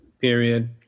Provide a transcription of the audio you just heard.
period